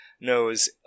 knows